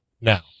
now